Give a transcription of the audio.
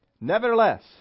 Nevertheless